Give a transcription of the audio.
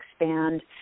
expand